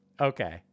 okay